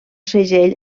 segell